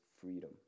freedom